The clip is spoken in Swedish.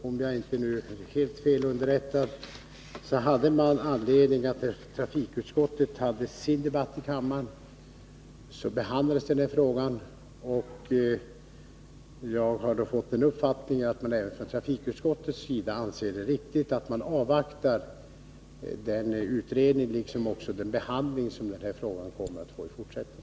Om jag inte är felunderrättad diskuterade flera av trafikutskottets ledamöter denna fråga här i kammaren i går. Jag har fått uppfattningen att även trafikutskottets ledamöter anser att det är riktigt att avvakta den utredning som kommer att göras och den behandling i övrigt som denna fråga kommer att få i fortsättningen.